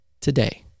today